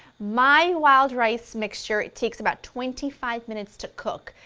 my wild rice mixture takes about twenty five minutes to cook,